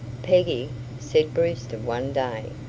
peggy, said brewster one day,